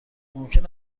ممکن